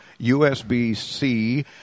USB-C